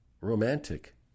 romantic